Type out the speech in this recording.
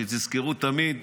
ותזכרו תמיד